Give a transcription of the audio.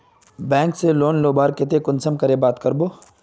Bank से loan लुबार केते कुंसम करे बात करबो?